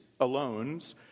alones